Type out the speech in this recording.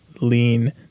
lean